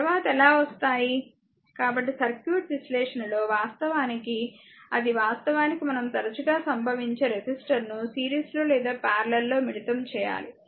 తరువాత ఎలా వస్తాయి కాబట్టి సర్క్యూట్ విశ్లేషణలో వాస్తవానికి అది వాస్తవానికి మనం తరచుగా సంభవించే రెసిస్టర్ను సిరీస్లో లేదా పార్లల్ లో మిళితం చేయాలి